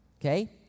okay